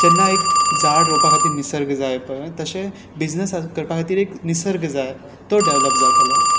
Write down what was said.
जेन्ना एक झाड रोंवपा खाती निसर्ग जाय पळय तशें बिजनस स करपा खातीर एक निसर्ग जाय तो डॅवलॉप जातलो